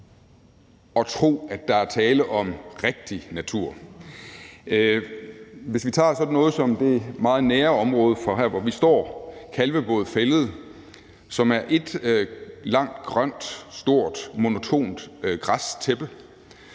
at tro, at der er tale om rigtig natur. Lad os tage sådan noget som det meget nære område ved her, hvor vi står, Kalvebod Fælled, som er ét langt, grønt, stort, monotont græstæppe,